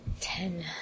Ten